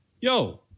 yo